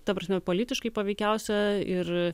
ta prasme politiškai paveikiausia ir